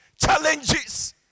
challenges